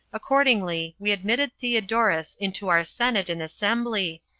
accordingly, we admitted theodorus into our senate and assembly,